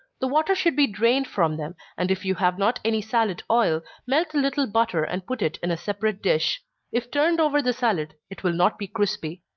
the water should be drained from them, and if you have not any salad oil, melt a little butter and put it in a separate dish if turned over the salad, it will not be crispy.